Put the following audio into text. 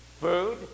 Food